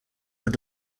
were